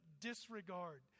disregard